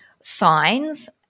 signs